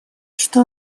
что